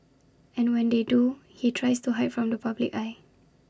and when they do he tries to hide from the public eye